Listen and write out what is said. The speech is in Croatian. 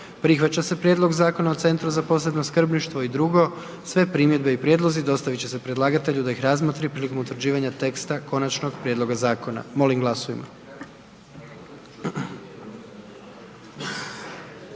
Prihvaća se Prijedlog zakona o Centru za posebno skrbništvo i 2. Sve primjedbe i prijedlozi dostavit će se predlagatelju da ih razmotri prilikom utvrđivanja teksta konačnog prijedloga zakona“. Molim glasujmo.